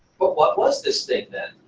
but what was this thing, then,